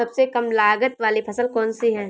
सबसे कम लागत वाली फसल कौन सी है?